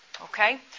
Okay